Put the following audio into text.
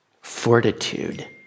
fortitude